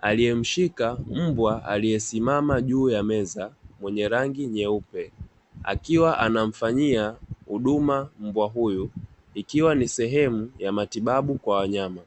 aliyemshika mbwa aliyesimama juu ya meza akiwa anamfanyia huduma mbwa huyu ikiwa ni sehemu ya matibabu ya wanyama.